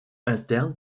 interne